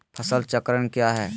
फसल चक्रण क्या है?